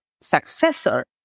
successor